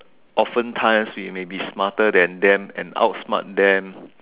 often times we may be smarter than them and outsmart them